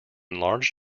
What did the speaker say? large